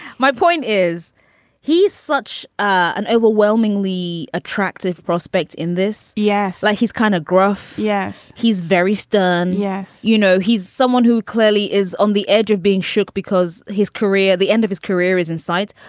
my point is he's such an overwhelmingly attractive prospect in this yes. like he's kind of gruff. yes. he's very stern. yes. you know, he's someone who clearly is on the edge of being shook because his career, the end of his career is insight's.